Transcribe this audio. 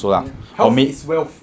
ya health is wealth